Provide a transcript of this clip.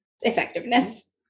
effectiveness